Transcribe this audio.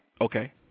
okay